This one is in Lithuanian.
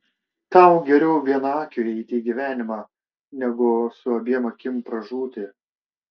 tau geriau vienakiui įeiti į gyvenimą negu su abiem akim pražūti